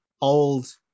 old